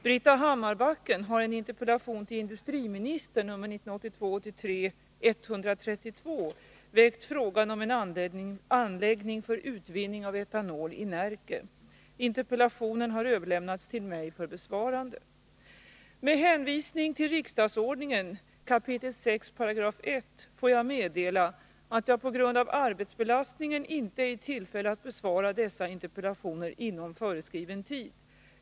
Britta Hammarbacken har i en interpellation till industriministern, 1982/83:132, väckt frågan om en anläggning för utvinning av etanol i Närke. Interpellationen har överlämnats till mig för besvarande. Med hänvisning till riksdagsordningens 6 kap. 1 § får jag meddela att jag på grund av arbetsbelastningen inte är i tillfälle att besvara dessa interpellationer inom föreskriven tid.